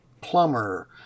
plumber